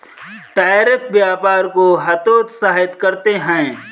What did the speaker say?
tariff व्यापार को हतोत्साहित करते हैं